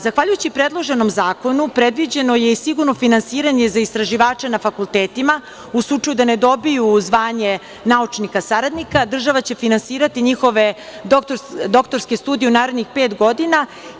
Zahvaljujući predloženom zakonu predviđeno je i sigurno finansiranje za istraživače na fakultetima, u slučaju da ne dobiju zvanje naučnika saradnika, država će finansirati njihove doktorske studije u narednih pet godina.